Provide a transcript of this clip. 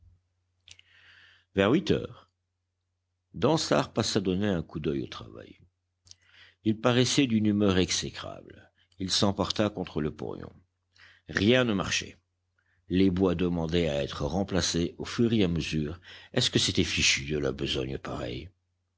vers huit heures dansaert passa donner un coup d'oeil au travail il paraissait d'une humeur exécrable il s'emporta contre le porion rien ne marchait les bois demandaient à être remplacés au fur et à mesure est-ce que c'était fichu de la besogne pareille